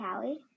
Callie